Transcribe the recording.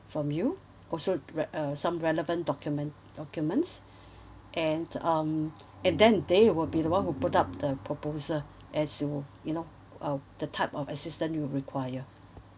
from you also re~ uh some relevant document documents and um and then they will be the one who brought up the proposal as to you know uh the type of assistant you require